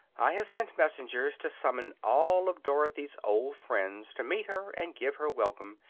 i have sent messengers to summon all of dorothy's old friends to meet her and give her welcome,